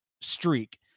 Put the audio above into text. streak